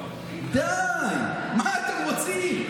די, מה אתם רוצים?